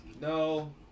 No